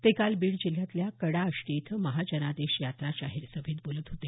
ते काल बीड जिल्ह्यातल्या कडा आष्टी इथं महाजनादेश यात्रा जाहीर सभेत बोलत होते